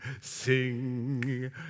sing